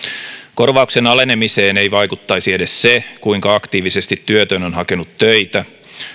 korvauksen alenemiseen ei vaikuttaisi edes se kuinka aktiivisesti työtön on hakenut töitä